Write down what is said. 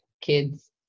kids